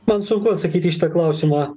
man sunku atsakyti į šitą klausimą